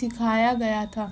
سکھایا گیا تھا